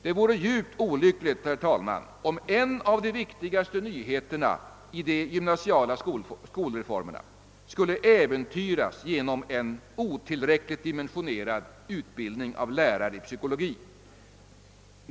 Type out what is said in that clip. Det vore, herr talman, djupt olyckligt om en av de viktigaste nyheterna i de gymnasiala skolreformerna skulle äventyras genom en otillräckligt dimensionerad utbildning av lärare i psykologi.